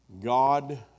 God